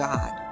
God